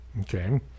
Okay